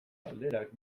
galderak